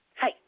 Hi